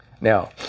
Now